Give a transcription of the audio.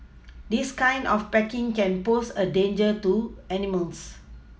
this kind of packaging can pose a danger to animals